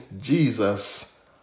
Jesus